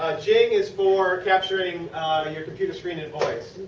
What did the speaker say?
jing is for capturing your computer screen and voice.